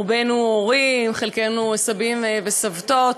רובנו הורים, חלקנו סבים וסבתות,